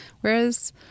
Whereas